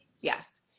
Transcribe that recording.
yes